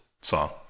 song